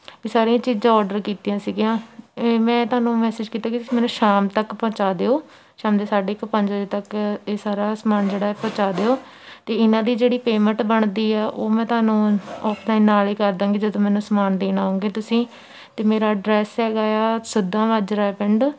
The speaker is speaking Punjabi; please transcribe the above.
ਵੀ ਸਾਰੀਆਂ ਚੀਜ਼ਾਂ ਔਡਰ ਕੀਤੀਆਂ ਸੀਗੀਆਂ ਇਹ ਮੈਂ ਤੁਹਾਨੂੰ ਮੈਸੇਜ ਕੀਤਾ ਕਿ ਤੁਸੀਂ ਮੈਨੂੰ ਸ਼ਾਮ ਤੱਕ ਪਹੁੰਚਾ ਦਿਓ ਸ਼ਾਮ ਦੇ ਸਾਢੇ ਕੁ ਪੰਜ ਵਜੇ ਤੱਕ ਇਹ ਸਾਰਾ ਸਮਾਨ ਜਿਹੜਾ ਹੈ ਪਹੁੰਚਾ ਦਿਓ ਅਤੇ ਇਹਨਾਂ ਦੀ ਜਿਹੜੀ ਪੇਮੈਂਟ ਬਣਦੀ ਆ ਉਹ ਮੈਂ ਤੁਹਾਨੂੰ ਔਫਲਾਈਨ ਨਾਲ ਹੀ ਕਰ ਦਾਂਗੀ ਜਦੋਂ ਮੈਨੂੰ ਸਮਾਨ ਦੇਣ ਆਉਂਗੇ ਤੁਸੀਂ ਅਤੇ ਮੇਰਾ ਐਡਰੈਸ ਹੈਗਾ ਆ ਸੱਦਾ ਮਾਜਰਾ ਆ ਪਿੰਡ